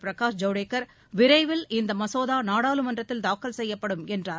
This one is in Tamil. பிரகாஷ் ஜவடேகர் விரைவில் இந்த மசோதா நாடாளுமன்றத்தில் தாக்கல் செய்யப்படும் என்றார்